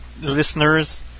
listeners